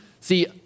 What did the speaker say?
See